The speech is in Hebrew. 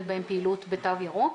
מתקיימת בהם פעילות בתו ירוק,